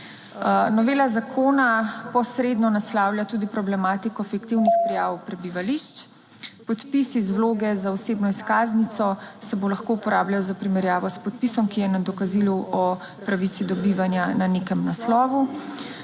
Novela zakona posredno naslavlja tudi problematiko fiktivnih / znak za konec razprave/ prijav prebivališč. Podpis iz vloge za osebno izkaznico se bo lahko uporabljal za primerjavo s podpisom, ki je na dokazilu. O pravici do bivanja na nekem naslovu.